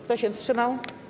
Kto się wstrzymał?